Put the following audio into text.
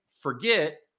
forget